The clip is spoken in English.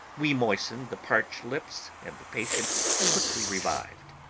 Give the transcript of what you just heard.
we moistened the parched lips, and the patient quickly revived.